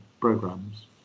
programs